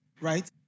right